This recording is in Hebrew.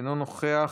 אינו נוכח.